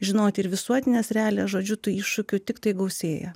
žinoti ir visuotines realijas žodžiu tų iššūkių tiktai gausėja